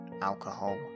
alcohol